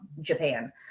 japan